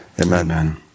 Amen